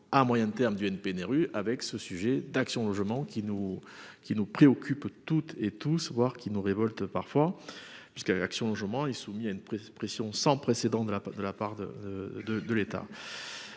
à moyen terme du NPNRU avec ce sujet d'Action Logement qui nous qui nous préoccupent toutes et tous, voir qui nous révolte parfois puisqu'Action Logement et soumis à une pression sans précédent de la part de la